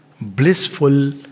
blissful